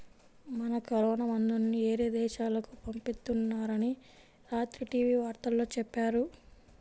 మన కరోనా మందుల్ని యేరే దేశాలకు పంపిత్తున్నారని రాత్రి టీవీ వార్తల్లో చెప్పారు